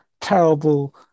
terrible